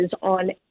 on